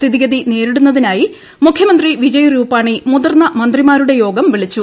സ്ഥിതിഗതി നേരിട്ടുന്നത്തിനായി മുഖ്യമന്ത്രി വിജയ് രൂപാണി മുതിർന്ന മന്ത്രിമാരുടെ ്യോഗം വിളിച്ചു